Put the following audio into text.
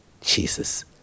Jesus